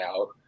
out